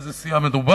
באיזה סיעה מדובר.